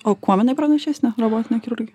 o kuom jinai pranašesnė robotinė chirurgija